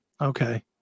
Okay